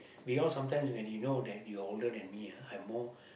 we all sometimes when you know that you're older than me ah I'm more